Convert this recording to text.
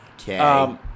Okay